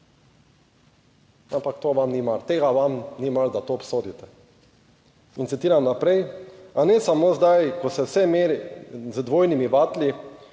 ampak to vam ni mar. Tega vam ni mar, da to obsodite. In citiram naprej: "A ne samo zdaj, ko se vse meri z dvojnimi vatli,